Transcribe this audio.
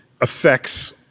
affects